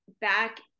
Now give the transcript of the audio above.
back